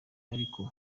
ariko